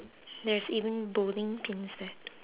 there's even bowling pins eh